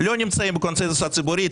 לא נמצאים בקונצנזוס הציבורי.